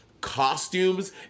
costumes